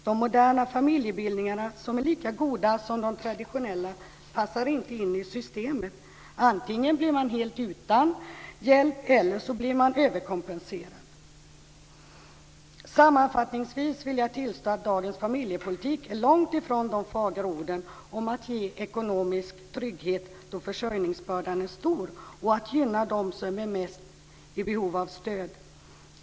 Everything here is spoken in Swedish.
De moderna familjebildningarna, som är lika goda som de traditionella, passar inte in i systemet. Antingen blir man helt utan hjälp, eller så blir man överkompenserad. Sammanfattningsvis vill jag påstå att dagens familjepolitik är långt ifrån de fagra orden om att ge ekonomisk trygghet då försörjningsbördan är stor, och att gynna dem som är i mest behov av stöd.